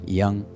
young